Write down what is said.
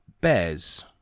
bears